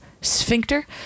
Sphincter